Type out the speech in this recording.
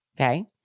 okay